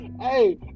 Hey